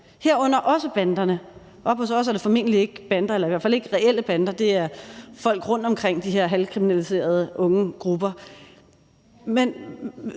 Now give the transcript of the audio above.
formentlig ikke bander eller i hvert fald ikke reelle bander; det er folk rundtomkring, de her halvkriminaliserede unge grupper.